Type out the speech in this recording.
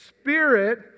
spirit